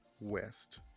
West